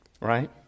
right